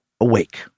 awake